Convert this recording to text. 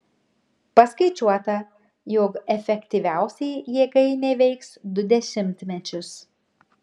paskaičiuota jog efektyviausiai jėgainė veiks du dešimtmečius